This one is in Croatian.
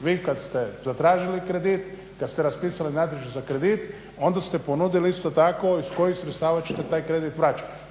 vi kad ste zatražili kredit, kad ste raspisali natječaj za kredit, onda ste ponudili isto tako iz kojih sredstava ćete taj kredit vraćat